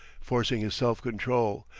forcing his self-control,